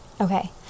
okay